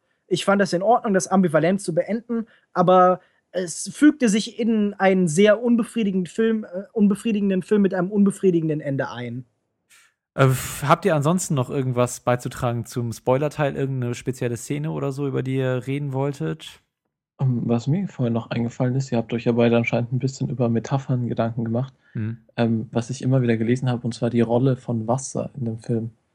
Ich fand das in Ordnung, das ambivalent zu beenden, aber es fügte sich in einen sehr unbefriedigenden Film- äh, unbefriedigenden Film mit einem unbefriedigenden Ende ein. Äh, f- habt ihr ansonsten noch irgendwas beizutragen zum Spoilerteil? Irgendeine spezielle Szene oder so, über die ihr reden wolltet? Ähm, was mir vorhin noch eingefallen ist, ihr habt euch ja beide anscheinend ein bisschen über Metaphern Gedanken gemacht. Mhm. Ähm, was ich immer wieder gelesen habe, und zwar die Rolle von Wasser in dem Film.